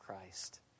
Christ